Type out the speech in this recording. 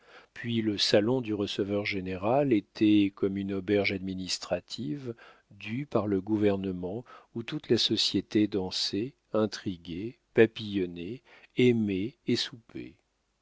puis le salon du receveur-général était comme une auberge administrative due par le gouvernement où toute la société dansait intriguait papillonnait aimait et soupait